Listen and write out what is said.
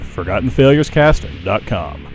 ForgottenFailuresCast.com